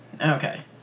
Okay